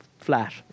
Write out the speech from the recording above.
flat